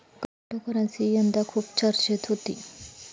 cryptocurrency यंदा खूप चर्चेत होती